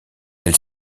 elle